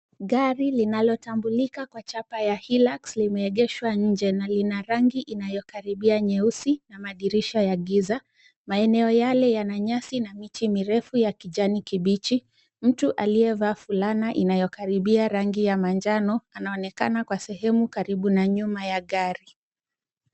Gari linalotambulika kwa chapa ya Hilux limeegeshwa nje na lina rangi inayokaribia nyeusi na madirisha ya giza. Maeneo yale yana nyasi na miti mirefu ya kijani kibichi. Mtu aliyevaa fulana inayokaribia rangi ya manjano anaonekana kwa sehemu karibu na nyuma ya gari.